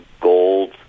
gold